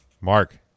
mark